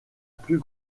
plus